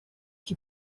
qui